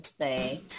say